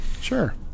Sure